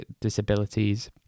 disabilities